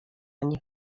nie